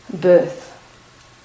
birth